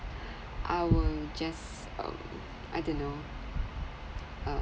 I will just um I don't know uh